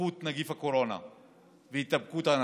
התפתחות נגיף הקורונה והידבקות האנשים.